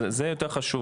זה יותר חשוב,